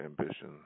ambition